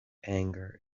anger